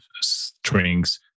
strings